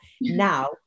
now